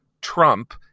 Trump